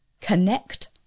connect